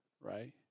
right